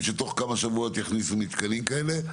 שתוך כמה שבועות יחליפו מתקנים כאלה.